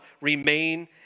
remain